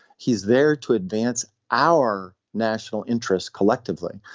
he's there to advance our national interests collectively.